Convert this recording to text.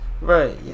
right